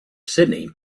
sydney